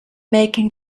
making